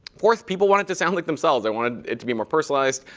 fourth, people want it to sound like themselves. they wanted it to be more personalized.